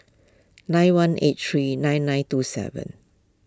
nine one eight three nine nine two seven